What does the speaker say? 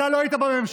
אתה לא היית בממשלה,